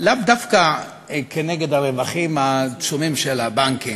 לאו דווקא נגד הרווחים העצומים של הבנקים,